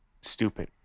Stupid